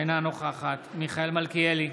אינה נוכחת מיכאל מלכיאלי,